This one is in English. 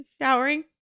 showering